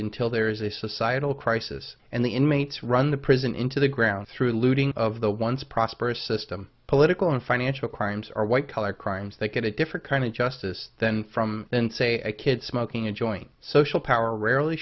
until there is a societal crisis and the inmates run the prison into the ground through the looting of the once prosperous system political and financial crimes are white collar crimes that get a different kind of justice than from then say a kid smoking a joint social power rarely